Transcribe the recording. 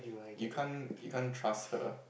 you can't you can't trust her